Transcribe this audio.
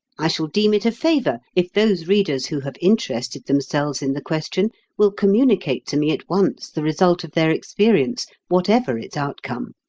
i shall deem it a favour if those readers who have interested themselves in the question will communicate to me at once the result of their experience, whatever its outcome.